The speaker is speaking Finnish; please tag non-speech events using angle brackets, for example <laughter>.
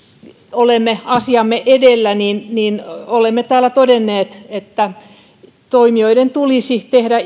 olemme asiaamme edellä olemme täällä todenneet että toimijoiden tulisi tehdä <unintelligible>